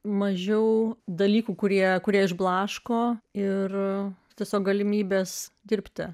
mažiau dalykų kurie kurie išblaško ir tiesiog galimybes dirbti